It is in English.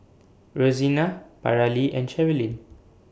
Rosina Paralee and Cherilyn